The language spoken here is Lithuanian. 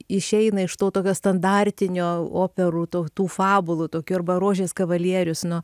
išeina iš to tokio standartinio operų tų tų fabulų tokių arba rožės kavalierius nu